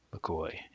McCoy